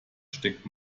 steckt